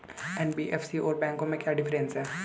NBFC और बैंकों में क्या डिफरेंस है?